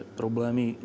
problémy